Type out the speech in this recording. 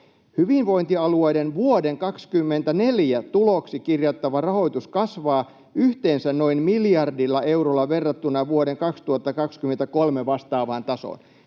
Hyvinvointialueiden vuoden 24 tuloksi kirjattava rahoitus kasvaa yhteensä noin miljardilla eurolla verrattuna vuoden 2023 vastaavaan tasoon.”